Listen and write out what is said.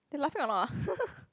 they laughing a lot ah